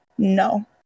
no